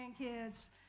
grandkids